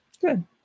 Good